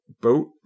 boat